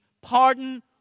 pardon